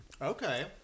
Okay